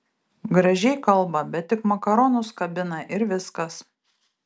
gražiai kalba bet tik makaronus kabina ir viskas